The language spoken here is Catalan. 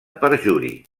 perjuri